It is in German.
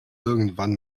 irgendwann